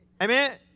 Amen